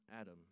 Adam